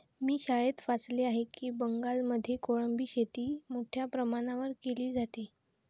मी शाळेत वाचले आहे की बंगालमध्ये कोळंबी शेती मोठ्या प्रमाणावर केली जाते